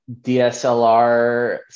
dslr